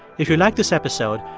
if you like this episode,